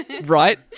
right